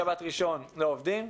שבת וראשון לא עובדים,